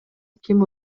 ким